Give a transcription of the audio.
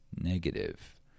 negative